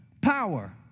power